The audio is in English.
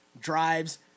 drives